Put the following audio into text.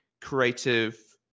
creative